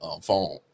phone